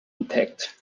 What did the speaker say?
intact